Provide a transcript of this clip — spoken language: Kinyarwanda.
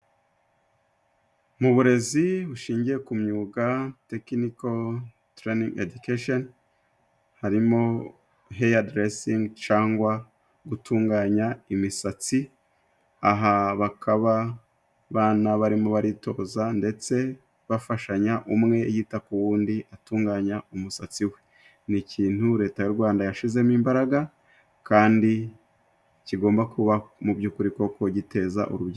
Mu burezi bushingiye ku myuga tekiniko tereningi edukeshoni, harimo heya deresingi cyangwa gutunganya imisatsi, aha bakaba abana barimo baritoza ndetse bafashanya umwe yita ku wundi atunganya umusatsi we. Ni ikintu Leta y'u Rwanda yashyizemo imbaraga, kandi kigomba kuba mu by'ukuri koko giteza urubyiruko imbere.